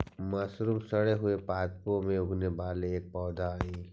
mushroom सड़े हुए पादपों में उगने वाला एक पौधा हई